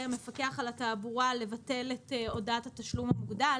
המפקח על התעבורה לבטל את הודעת התשלום המוגדל.